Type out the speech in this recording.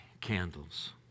candles